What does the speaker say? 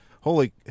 holy